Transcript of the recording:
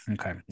Okay